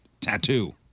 tattoo